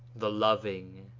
the loving.